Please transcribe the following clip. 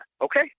Okay